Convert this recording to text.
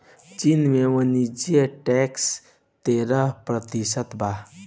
चीन में वाणिज्य टैक्स तेरह प्रतिशत बा